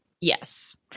Yes